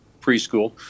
preschool